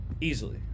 Easily